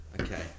Okay